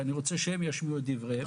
כי אני רוצה שהם ישמיעו את דבריהם.